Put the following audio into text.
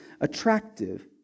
attractive